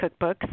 cookbooks